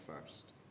first